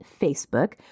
Facebook